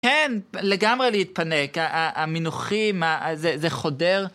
כן, לגמרי להתפנק, המינוחים, ה... זה חודר.